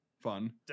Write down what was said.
fun